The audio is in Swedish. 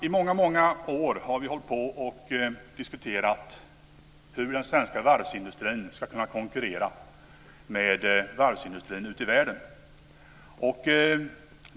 I många år har vi diskuterat hur den svenska varvsindustrin ska kunna konkurrera med varvsindustrin ute i världen.